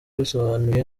bisobanuye